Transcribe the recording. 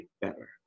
better